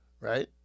right